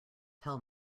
tell